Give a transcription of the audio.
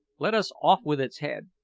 let us off with its head!